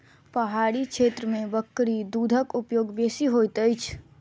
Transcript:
पहाड़ी क्षेत्र में बकरी दूधक उपयोग बेसी होइत अछि